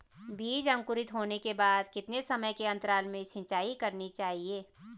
बीज अंकुरित होने के बाद कितने समय के अंतराल में सिंचाई करनी चाहिए?